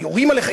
אתה, יורים עליך.